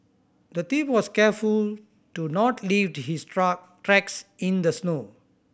the thief was careful to not leaved his tracks in the snow